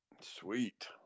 Sweet